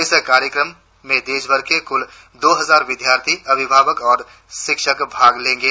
इस कार्यक्रम में देशभर से कुल दो हजार विद्यार्थी अभिभावक और शिक्षक भाग लेंगे